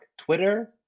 Twitter